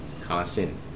constant